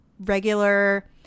regular